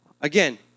again